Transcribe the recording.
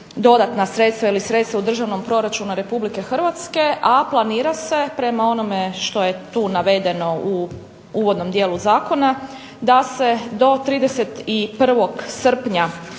dodatna sredstva u Državnom proračunu Republike Hrvatske a planira se prema onome što je tu navedeno u uvodnom dijelu Zakona da se do 31. srpnja